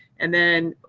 and then,